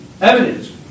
Evidence